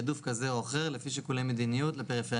תורים, כאן זה מבחן התמיכה לקיצור תורים.